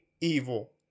evil